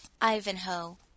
Ivanhoe